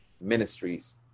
Ministries